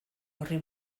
horri